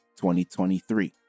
2023